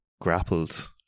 grappled